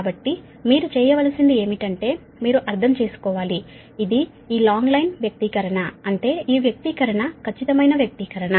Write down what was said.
కాబట్టి మీరు చేయవలసింది ఏమిటంటే మీరు అర్థం చేసుకోవాలి ఇది ఈ లాంగ్ లైన్ వ్యక్తీకరణ అంటే ఈ వ్యక్తీకరణ ఖచ్చితమైన వ్యక్తీకరణ